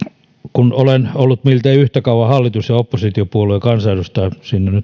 kun olen ollut miltei yhtä kauan hallitus ja oppositiopuolueen kansanedustaja siinä nyt on